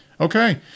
Okay